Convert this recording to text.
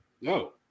No